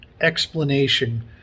explanation